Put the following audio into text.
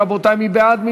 רבותי, מי בעד?